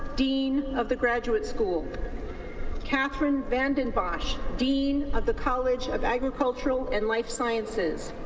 dean of the graduate school kathryn vandenbosch, dean of the college of agricultural and life sciences